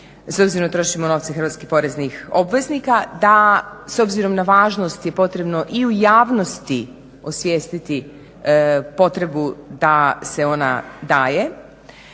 s obzirom da trošimo novce hrvatskih poreznih obveznika, da s obzirom na važnost je potrebno i u javnosti osvijestiti potrebu da se ona daje.